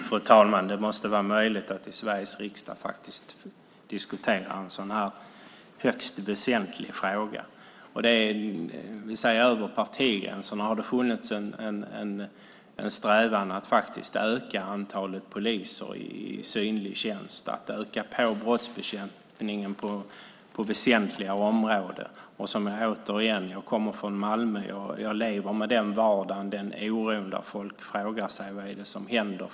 Fru talman! Det måste ändå vara möjligt att i Sveriges riksdag diskutera en sådan här högst väsentlig fråga. Över partigränserna har det funnits en strävan att öka antalet poliser i synlig tjänst och att öka brottsbekämpningen på väsentliga områden. Återigen: Jag kommer från Malmö, och jag lever med den vardag och den oro där folk frågar sig vad det är som händer.